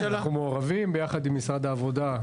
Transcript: אנחנו מעורבים ביחד עם משרד העבודה,